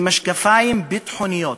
במשקפיים ביטחוניים.